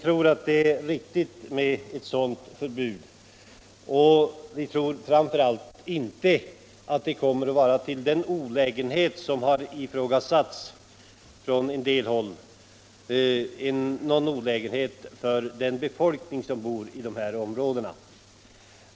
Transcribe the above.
Vi tror att det är riktigt med ett sådant förbud och menar framför allt inte att det, som det har ifrågasatts från en del håll, kommer att förorsaka någon olägenhet för befolkningen i dessa områden.